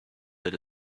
that